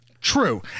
True